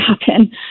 happen